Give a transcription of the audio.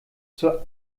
zur